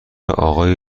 آقای